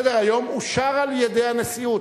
סדר-היום אושר על-ידי הנשיאות.